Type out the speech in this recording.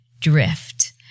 drift